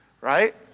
right